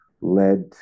led